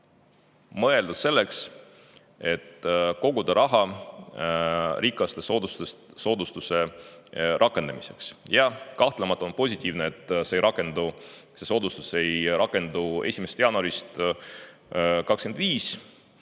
mõeldud selleks, et koguda raha rikaste soodustuse rakendamiseks. Jah, kahtlemata on positiivne, et see soodustus ei rakendu 1. jaanuarist 2025,